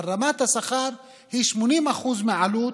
אבל רמת השכר היא 80% מהעלות.